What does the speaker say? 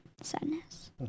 Sadness